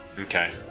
okay